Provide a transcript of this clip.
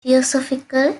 theosophical